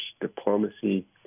diplomacy